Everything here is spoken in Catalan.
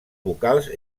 vocals